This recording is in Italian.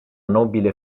nobile